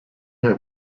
her